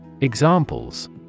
Examples